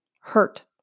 Hurt